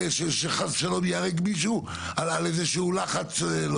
שחס ושלום ייהרג מישהו על-ידי איזשהו לחץ.